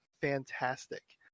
fantastic